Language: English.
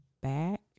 back